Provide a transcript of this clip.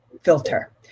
filter